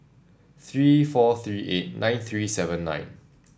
three four three eight nine three seven nine